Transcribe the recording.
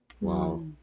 wow